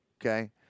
okay